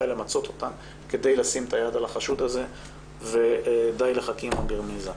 למצות אותן כדי לשים את היד על החשוד הזה ודי לחכימא ברמיזא.